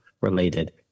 related